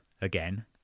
again